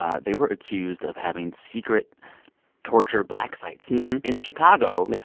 ah they were accused of having secret torture black sites in chicago. yeah.